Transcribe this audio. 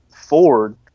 Ford